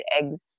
eggs